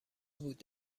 بود